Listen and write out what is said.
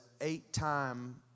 eight-time